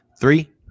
three